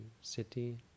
city